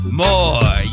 more